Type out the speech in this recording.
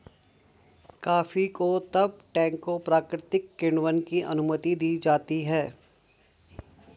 coffee को तब टैंकों प्राकृतिक किण्वन की अनुमति दी जाती है